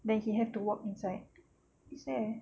then he have to walk inside is there